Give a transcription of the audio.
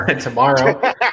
Tomorrow